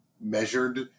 measured